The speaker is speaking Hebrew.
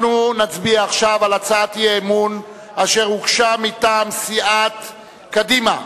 אנחנו נצביע עכשיו על הצעת האי-אמון אשר הוגשה מטעם סיעת קדימה,